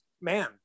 man